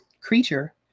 creature